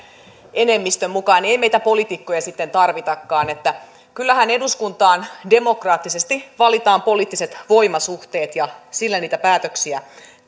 enemmistönsä mukaan niin ei meitä poliitikkoja sitten tarvitakaan että kyllähän eduskuntaan demokraattisesti valitaan poliittiset voimasuhteet ja niillä niitä päätöksiä